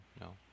no